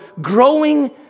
growing